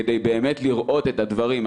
כדי לראות את הדברים.